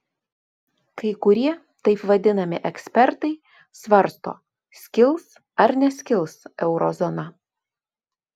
kai kurie taip vadinami ekspertai svarsto skils ar neskils eurozona